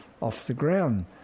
off-the-ground